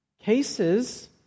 Cases